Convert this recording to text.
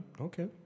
Okay